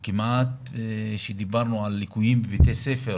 וכמעט שדיברנו על ליקויים בבתי ספר